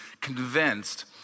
convinced